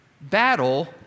battle